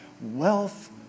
wealth